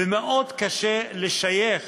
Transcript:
וקשה מאוד לשייך